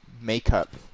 makeup